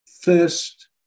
first